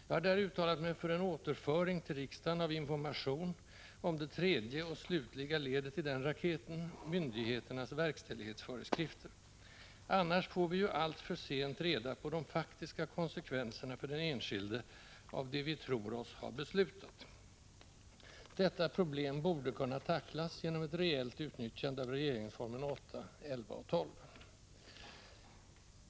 Jag har där uttalat mig för en återföring till riksdagen av information om det tredje och slutliga ledet i den raketen: myndigheternas verkställighetsföreskrifter. Annars får vi ju alltför sent reda på de faktiska konsekvenserna för den enskilde av det vi tror oss ha beslutat. Detta problem borde kunna tacklas genom ett reellt utnyttjande av regeringsformen 8:11 och 12.